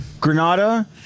Granada